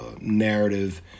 narrative